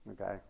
Okay